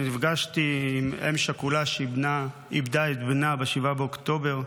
נפגשתי עם אם שכולה שאיבדה את בנה ב-7 באוקטובר.